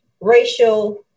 racial